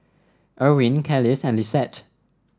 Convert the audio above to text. Erwin Kelis and Lissette